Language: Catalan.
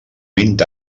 vint